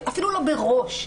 אפילו לא בראש.